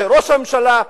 זה ראש הממשלה,